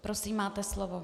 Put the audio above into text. Prosím, máte slovo.